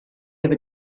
ever